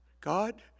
God